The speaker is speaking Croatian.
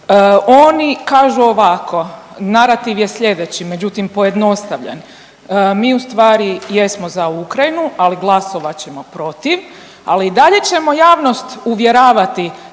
Oni kažu ovako, narativ je slijedeći, međutim pojednostavljen, mi ustvari jesmo za Ukrajinu, ali glasovat ćemo protiv, ali i dalje ćemo javnost uvjeravati